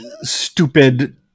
stupid